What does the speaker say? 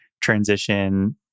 transition